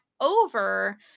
over